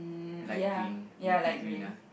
mm ya ya like rain